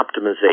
optimization